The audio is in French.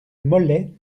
mollets